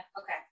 okay